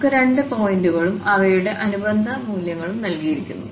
നമുക്ക് രണ്ട് പോയിന്റുകളും അവയുടെ അനുബന്ധ മൂല്യങ്ങളും നൽകിയിരിക്കുന്നു